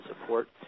support